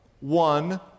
one